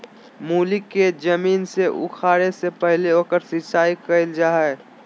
मूली के जमीन से उखाड़े से पहले ओकर सिंचाई कईल जा हइ